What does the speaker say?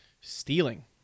stealing